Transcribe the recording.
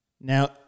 Now